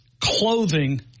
clothing